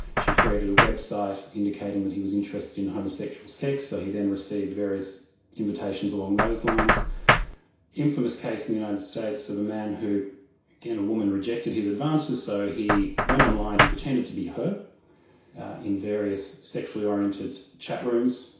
she created a website indicating that he was interested in homosexual sex, so he then received various invitations along those lines. an infamous case in the united states of a man who again, a woman rejected his advances, so he went online, he pretended to be her in various sexually oriented chat rooms,